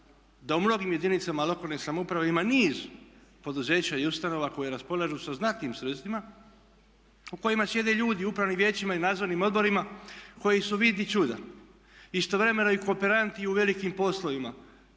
da u mnogim jedinicama lokalne samouprave ima niz poduzeća i ustanova koje raspolažu sa znatnim sredstvima u kojima sjede ljudi u upravnim vijećima i nadzornim odborima koji vidi čuda istovremeno i kooperanti i u velikim poslovima